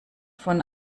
von